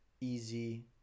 easy